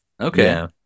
Okay